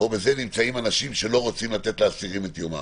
נמצאים אנשים שלא רוצים לתת לאסירים את יומם.